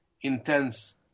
intense